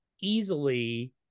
easily